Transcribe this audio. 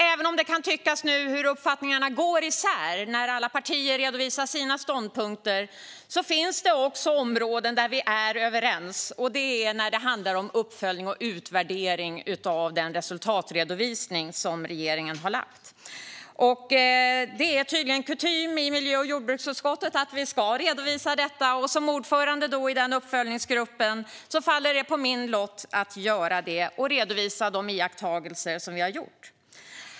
Även om det kan tyckas att uppfattningarna går isär när alla partier redovisar sina ståndpunkter finns det områden där vi är överens, nämligen när det gäller uppföljning och utvärdering av den resultatredovisning som regeringen har lagt fram. Det är kutym i miljö och jordbruksutskottet att vi ska redovisa detta, och som ordförande i uppföljningsgruppen har det fallit på min lott att göra det och redovisa de iakttagelser vi har gjort.